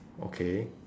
okay